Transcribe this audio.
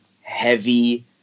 heavy